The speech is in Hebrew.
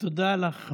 תודה לך.